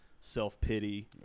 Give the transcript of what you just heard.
self-pity